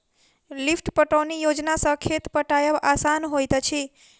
lift पटौनी योजना सॅ खेत पटायब आसान होइत अछि